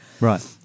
Right